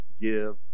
give